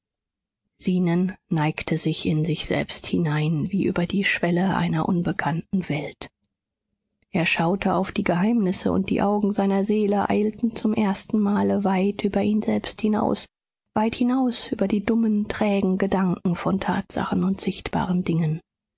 zenon neigte sich in sich selbst hinein wie über die schwelle einer unbekannten welt er schaute auf die geheimnisse und die augen seiner seele eilten zum ersten male weit über ihn selbst hinaus weit hinaus über die dummen trägen gedanken von tatsachen und sichtbaren dingen